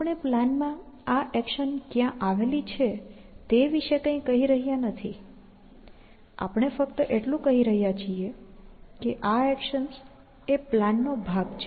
આપણે પ્લાનમાં આ એક્શન્સ ક્યાં આવેલી છે તે વિશે કંઇ કહી રહ્યા નથી આપણે ફક્ત એટલું કહી રહ્યા છીએ કે આ એક્શન્સ એ પ્લાન નો ભાગ છે